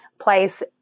place